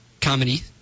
comedy